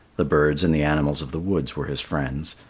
the birds and the animals of the woods were his friends,